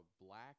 black